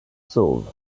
sauve